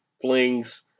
flings